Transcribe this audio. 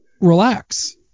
relax